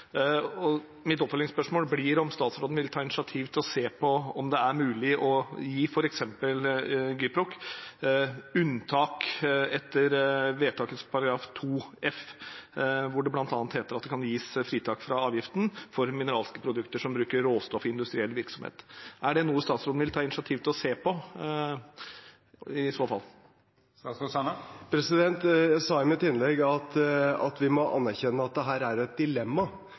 mulig å gi f.eks. Gyproc unntak etter vedtakets § 2 f, der det bl.a. heter at det kan gis fritak fra avgiften for mineralske produkter som brukes som råstoff i industriell virksomhet. Er det noe statsråden vil ta initiativ til å se på, i så fall? Jeg sa i mitt innlegg at vi må anerkjenne at det er et dilemma